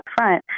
upfront